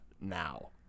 now